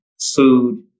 food